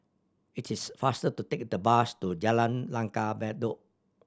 it is faster to take the bus to Jalan Langgar Bedok